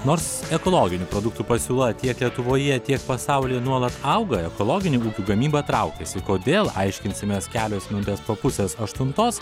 nors ekologinių produktų pasiūla tiek lietuvoje tiek pasaulyje nuolat auga ekologinių ūkių gamyba traukiasi kodėl aiškinsimės kelios minutės po pusės aštuntos